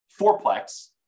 fourplex